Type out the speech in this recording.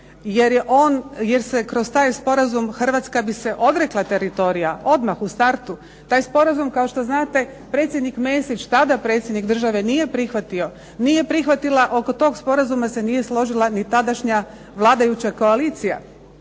jer kroz taj sporazum Hrvatska bi se odrekla teritorija odmah u startu. Taj sporazum kao što znate predsjednik Mesić tada predsjednik države nije prihvatio. Nije prihvatila, oko tog sporazuma se nije složila ni tadašnja vladajuća koalicija.